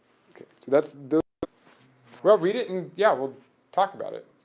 that's the we'll read it and, yeah, we'll talk about it.